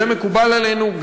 זה מקובל עלינו,